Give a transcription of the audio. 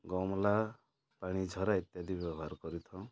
ଗମ୍ଲା ପାଣି ଝରା ଇତ୍ୟାଦି ବ୍ୟବହାର କରିଥାଉଁ